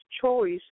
choice